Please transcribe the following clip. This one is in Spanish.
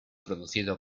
producido